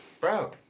Bro